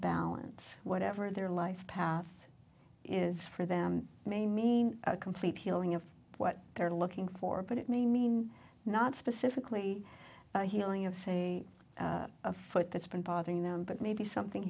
balance whatever their life path is for them may mean a complete healing of what they're looking for but it may mean not specifically healing of say a foot that's been bothering them but maybe something